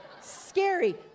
Scary